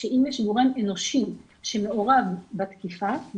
שאם יש גורם אנושי שמעורב בתקיפה,